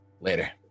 later